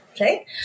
Right